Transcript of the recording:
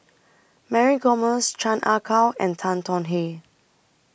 Mary Gomes Chan Ah Kow and Tan Tong Hye